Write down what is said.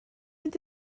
mynd